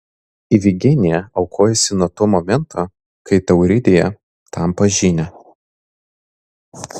ifigenija aukojasi nuo to momento kai tauridėje tampa žyne